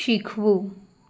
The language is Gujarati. શીખવું